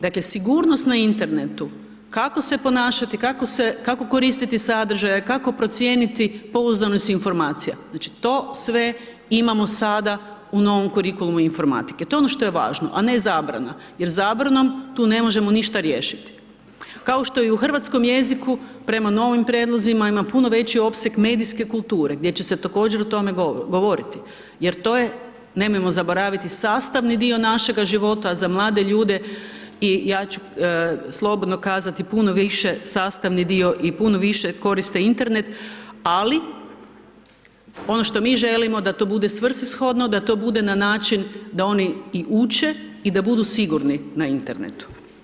Dakle sigurnost na internetu, kako se ponašati, kako koristiti sadržaje, kako procijeniti pouzdanost informacija, znači to sve imamo sada u novom kurikulumu informatike, to je ono što je važno a ne zabrana jer zabranom tu ne možemo ništa riješiti kao što i u hrvatskom jeziku prema novim prijedlozima ima puno veći opseg medijske kulture gdje će se također o tome govoriti jer to je nemojmo zaboraviti, sastavni dio našega života za mlade ljude i ja ću slobodno kazati, puno više sastavni dio i puno više koriste Internet ali ono što mi želimo da bude svrsishodno, da to bude na način da oni i uče i da budu sigurni na internetu.